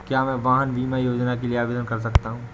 क्या मैं वाहन बीमा योजना के लिए आवेदन कर सकता हूँ?